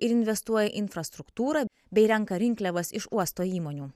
ir investuoja į infrastruktūrą bei renka rinkliavas iš uosto įmonių